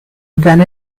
then